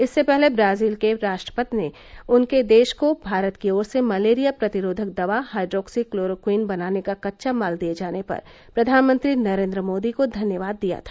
इससे पहले ब्राजील के राष्ट्रपति ने उनके देश को भारत की ओर से मलेरिया प्रतिरोधक दवा हाइड्रोक्सीक्लोरोक्विन बनाने का कच्चा माल दिए जाने पर प्रधानमंत्री नरेन्द्र मोदी को धन्यवाद दिया था